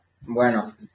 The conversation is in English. Bueno